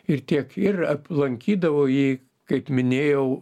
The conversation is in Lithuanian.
ir tiek ir aplankydavo jį kaip minėjau